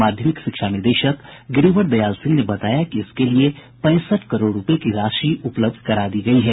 माध्यमिक शिक्षा निदेशक गिरिवर दयाल सिंह ने बताया कि इसके लिये पैंसठ करोड़ रूपये की राशि उपलब्ध करा दी गयी है